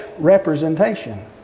representation